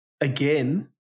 again